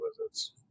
visits